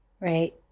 right